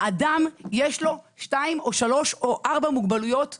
לאדם יש שתיים, שלוש או ארבע מוגבלויות בו-זמנית.